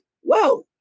whoa